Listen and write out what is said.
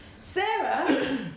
sarah